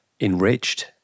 enriched